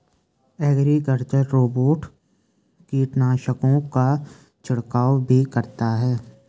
agricultural robot कीटनाशकों का छिड़काव भी करता है